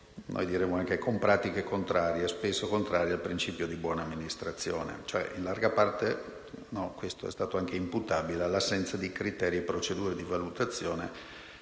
oggi si è operato con pratiche spesso contrarie al principio di buona amministrazione. In larga parte, questo è stato anche imputabile all'assenza di criteri e procedure di valutazione